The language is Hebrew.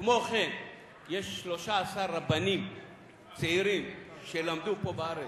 כמו כן יש 13 רבנים צעירים שלמדו פה בארץ,